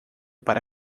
para